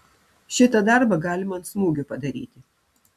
šitą darbą galima ant smūgio padaryti